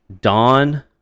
Dawn